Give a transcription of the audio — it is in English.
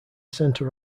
centre